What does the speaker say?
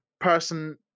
person